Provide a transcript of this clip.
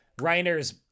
Reiner's